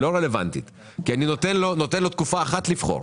היא לא רלוונטית כי אני נותן לו תקופה אחת לבחור.